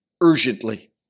urgently